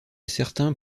certains